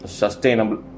sustainable